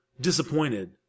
disappointed